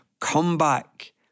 comeback